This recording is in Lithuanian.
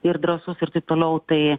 ir drąsus ir taip toliau tai